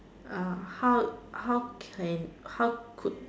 how how can how could